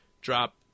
drop